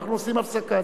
אנחנו עושים הפסקה,